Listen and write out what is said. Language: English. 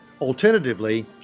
Alternatively